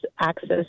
access